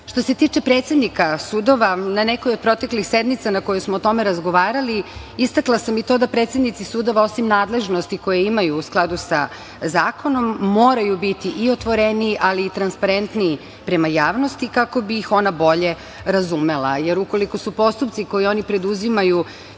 se tiče predsednika sudova, na nekoj od proteklih sednica na kojima smo o tome razgovarali, istakla sam i to da predsednici sudova osim nadležnosti koje imaju u skladu sa zakonom, moraju biti i otvoreniji, ali i transparentniji prema javnosti, kako bi ih ona bolje razumela. Ukoliko su postupci koje oni preduzimaju